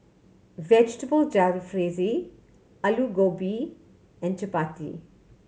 Vegetable Jalfrezi Alu Gobi and Chapati